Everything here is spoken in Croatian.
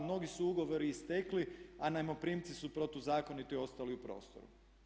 Mnogi su ugovori istekli, a najmoprimci su protuzakonito ostali u prostoru.